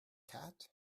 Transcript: cat